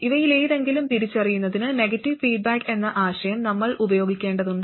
ഇവയിലേതെങ്കിലും തിരിച്ചറിയുന്നതിന് negative feedback എന്ന ആശയം നമ്മൾ ഉപയോഗിക്കേണ്ടതുണ്ട്